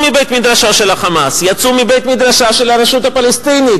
מבית-מדרשו של ה"חמאס"; הם יצאו מבית-מדרשה של הרשות הפלסטינית,